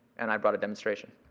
and i brought a demonstration.